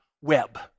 Web